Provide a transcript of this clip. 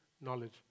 knowledge